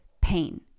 pain